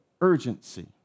urgency